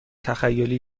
تخیلی